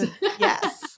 yes